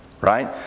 Right